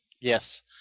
Yes